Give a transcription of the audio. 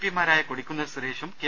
പിമാരായ കൊടിക്കുന്നിൽ സുരേഷും കെ